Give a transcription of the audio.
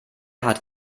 hat